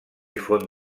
font